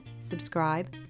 subscribe